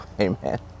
Amen